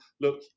look